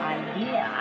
idea